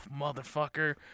motherfucker